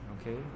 okay